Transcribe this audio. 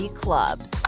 clubs